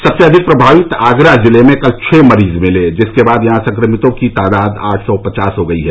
सबसे अधिक प्रभावित आगरा जिले में कल छः मरीज मिले जिसके बाद यहां संक्रमितों की तादाद आठ सौ पचास हो गई है